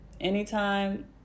anytime